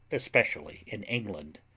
especially in england.